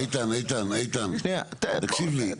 איתן תקשיב לי.